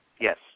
Yes